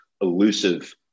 elusive